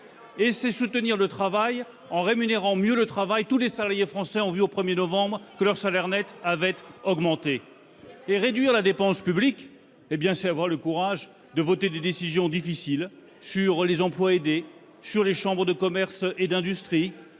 et c'est soutenir le travail en le rémunérant mieux : tous les salariés français ont vu au 1 novembre que leur salaire net avait augmenté. Et réduire la dépense publique, c'est avoir le courage de voter des décisions difficiles sur les emplois aidés, les chambres de commerce et d'industrie,